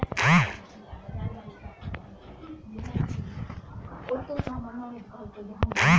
आलु केँ पटौनी कोना कड़ी?